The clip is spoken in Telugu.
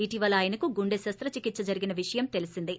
ఇటీవల ఆయనకు గుండె శస్త చికిత్స జరిగిన విష యం ్తెలీసిందే